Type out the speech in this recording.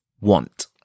want